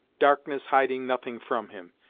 darkness hiding nothing from him.